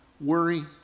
Worry